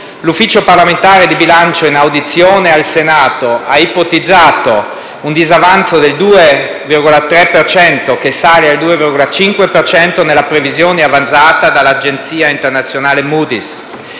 L'Ufficio parlamentare di bilancio, in audizione al Senato, ha ipotizzato un disavanzo del 2,3 per cento, che sale al 2,5 per cento nella previsione avanzata dall'agenzia internazionale Moody's.